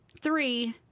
Three